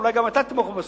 אולי גם אתה תתמוך בו בסוף.